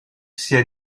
sia